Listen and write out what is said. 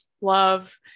love